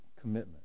commitment